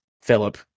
Philip